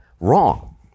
wrong